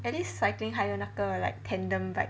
at least cycling 还有那个 tandem bike